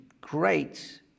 great